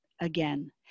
again